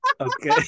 Okay